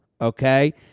Okay